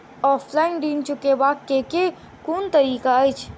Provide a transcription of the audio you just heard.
Offline ऋण चुकाबै केँ केँ कुन तरीका अछि?